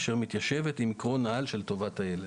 אשר מתיישבת עם עיקרון העל של טובת הילד".